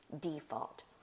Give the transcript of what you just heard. default